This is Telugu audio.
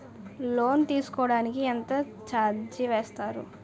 లోన్ తీసుకోడానికి ఎంత చార్జెస్ వేస్తారు?